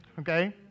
okay